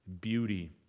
beauty